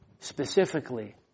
specifically